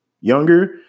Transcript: younger